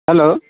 hello